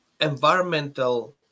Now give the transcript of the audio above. Environmental